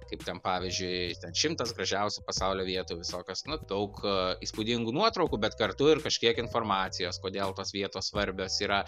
kaip ten pavyzdžiui ten šimtas gražiausių pasaulio vietų visokios nu daug a įspūdingų nuotraukų bet kartu ir kažkiek informacijos kodėl tos vietos svarbios yra